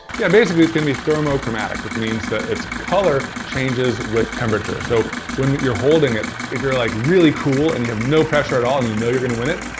yeah, basically it's gonna be thermochromatic, which means that its color changes with temperature. so when you're holding it, if you're like really cool, and you have no pressure at all, and you know you're gonna win it,